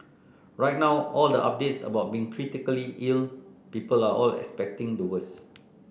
right now all the updates about being critically ill people are all expecting the worse